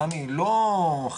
רמ"י לא חברה,